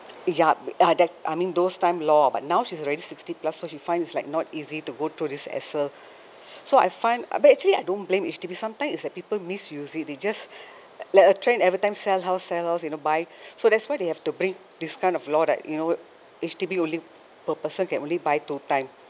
yup uh that I mean those time law but now she's already sixty plus so she find it's like not easy to go to through this hassle so I find uh but actually I don't blame H_D_B sometimes is the people misuse it they just like a train everytime sell house sell house you know buy so that's why they have to bring this kind of law that you know H_D_B only per person can only buy two time